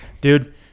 Dude